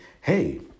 hey